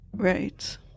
Right